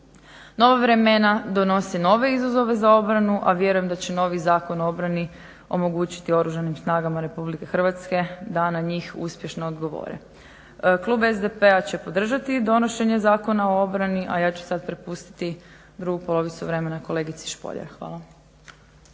Nova vremena donose nove izazove za obranu, a vjerujem da će novi Zakon o obrani omogućiti Oružanim snagama RH da na njih uspješno odgovore. Klub SDP-a će podržati donošenje Zakona o obrani, a ja ću sad prepustiti drugu polovicu vremena kolegici Špoljar. Hvala.